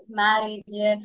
marriage